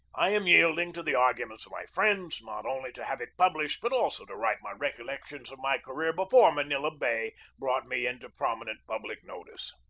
i am yield ing to the arguments of my friends, not only to have it published, but also to write my recollections of my career before manila bay brought me into prominent public notice.